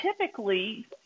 typically